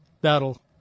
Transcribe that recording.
battle